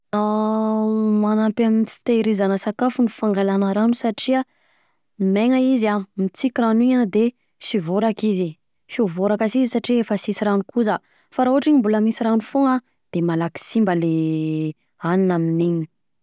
Manampy amin'ny fitehirizana sakafo ny fangalana rano satria, maina izy an, mitsika rano iny an de sy voraka izy, sy voraka sy izy satria efa sisy rano koza, fa raha ohatra izy mbola misy rano fogna an, de malaky simba le anona amin'iny.